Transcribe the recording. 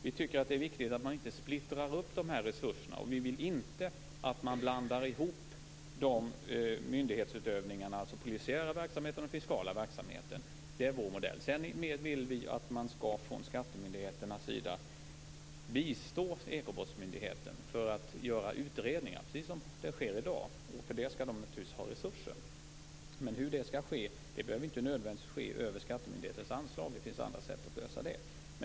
Vi tycker att det är viktigt att man inte splittrar upp dessa resurser, och vi vill inte att man blandar ihop dessa myndighetsutövningar, alltså den polisiära verksamheten och den fiskala verksamheten. Det är vår modell. Sedan vill vi att man från skattemyndigheternas sida skall bistå ekobrottsmyndigheten för att göra utredningar, precis som sker i dag. För detta skall den naturligtvis ha resurser. Men det behöver inte nödvändigtvis ske över skattemyndighetens anslag. Det finns andra sätt att lösa det.